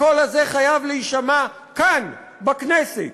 הקול הזה חייב להישמע כאן בכנסת.